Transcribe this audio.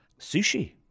sushi